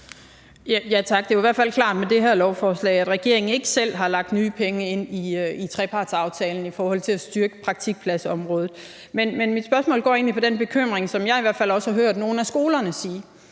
Tak. Det er jo i hvert fald klart med det her lovforslag, at regeringen ikke selv har lagt nye penge ind i trepartsaftalen til at styrke praktikpladsområdet. Men mit spørgsmål går egentlig på den bekymring, som jeg i hvert fald også har hørt fra nogle af skolerne.